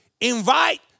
invite